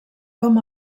com